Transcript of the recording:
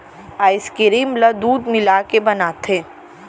ice cream ल दूद मिलाके बनाथे